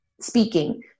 speaking